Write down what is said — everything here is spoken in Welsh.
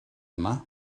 yma